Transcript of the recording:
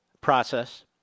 process